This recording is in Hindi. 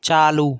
चालू